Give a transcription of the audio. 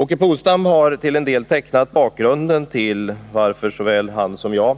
Åke Polstam har till en del tecknat bakgrunden till att såväl han som jag